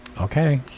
Okay